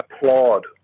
applaud